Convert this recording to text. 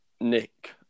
nick